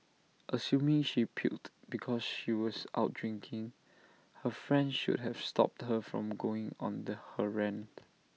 assuming she puked because she was out drinking her friend should have stopped her from going on her rant